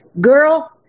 girl